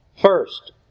First